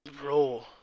Bro